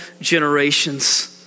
generations